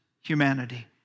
humanity